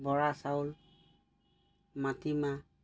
বৰা চাউল মাটিমাহ